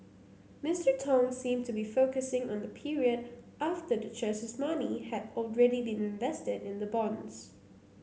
Mister Tong seemed to be focusing on the period after the church's money had already been invested in the bonds